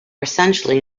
essentially